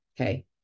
Okay